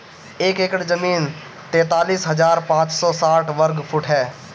एक एकड़ जमीन तैंतालीस हजार पांच सौ साठ वर्ग फुट ह